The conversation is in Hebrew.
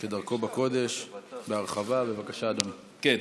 בבקשה, אדוני.